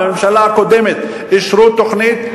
בממשלה הקודמת אישרו תוכנית,